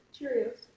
Cheerios